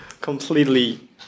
completely